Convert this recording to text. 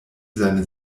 seine